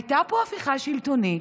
הייתה פה הפיכה שלטונית,